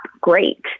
great